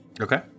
Okay